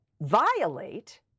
Violate